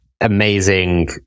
amazing